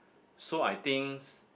so I think s~